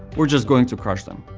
we're just going to crush them.